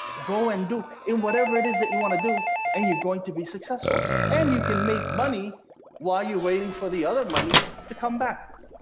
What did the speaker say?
go and do in whatever it is that you want to do. and you're going to be successful and you can make money while you're waiting for the other money to come back.